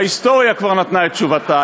ההיסטוריה כבר נתנה את תשובתה.